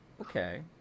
Okay